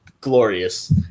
glorious